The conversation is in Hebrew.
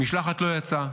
משלחת לא יצאה.